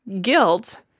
guilt